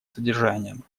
содержанием